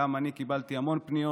גם אני קיבלתי המון פניות,